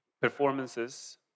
performances